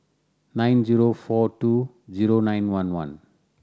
nine zero four two zero nine one one